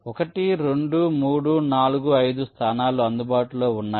1 2 3 4 5 స్థానాలు అందుబాటులో ఉన్నాయి